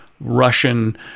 Russian